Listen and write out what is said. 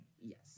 Yes